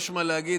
יש מה להגיד,